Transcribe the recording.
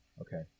Okay